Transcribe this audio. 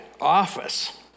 office